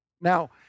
Now